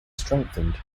strengthened